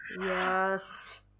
Yes